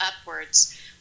upwards